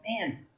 man